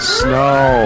snow